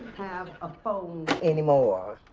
have a phone anymore!